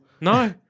No